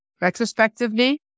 retrospectively